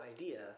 idea